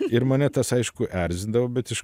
ir mane tas aišku erzindavo bet iš